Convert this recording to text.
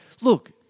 Look